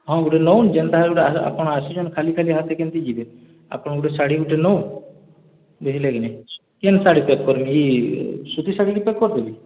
ହଁ ଗୁଟେ ନେଉନ୍ ଯେନ୍ଟା ହେଲେ ଗୁଟେ ଆପଣ୍ ଆସିଛନ୍ ଖାଲି ଖାଲି ହାତେ କେନ୍ତି ଯିବେ ଆପଣ୍ ଗୁଟେ ଶାଢ଼ୀ ଗୁଟେ ନେଉନ୍ ବୁଝ୍ଲେ କି ନି କେନ୍ ଶାଢ଼ୀ ପ୍ୟାକ୍ କର୍ମି ଇ ସୁତୀ ଶାଢ଼ୀ କେ ପ୍ୟାକ୍ କରିଦେମି